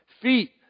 Feet